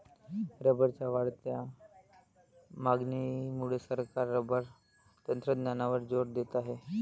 रबरच्या वाढत्या मागणीमुळे सरकार रबर तंत्रज्ञानावर जोर देत आहे